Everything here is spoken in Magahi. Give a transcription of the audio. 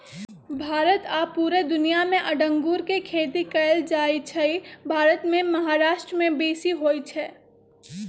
भारत आऽ पुरे दुनियाँ मे अङगुर के खेती कएल जाइ छइ भारत मे महाराष्ट्र में बेशी होई छै